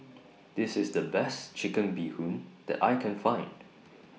This IS The Best Chicken Bee Hoon that I Can Find